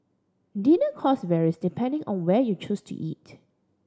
dinner cost varies depending on where you choose to eat